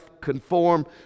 conform